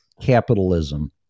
capitalism